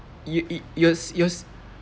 you yo~ yours yours